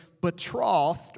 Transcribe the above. betrothed